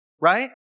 right